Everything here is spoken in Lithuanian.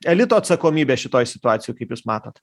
elito atsakomybė šitoj situacijoj kaip jūs manot